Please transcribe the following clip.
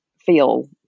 feel